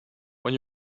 when